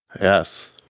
Yes